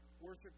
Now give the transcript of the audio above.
worship